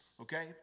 okay